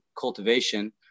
cultivation